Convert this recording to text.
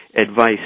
advice